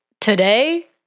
today